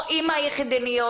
או אמהות חד-הוריות,